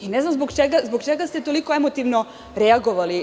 I ne znam zbog čega ste tako emotivno reagovali?